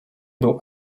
był